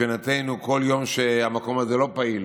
ומבחינתנו כל יום שהמקום הזה לא פעיל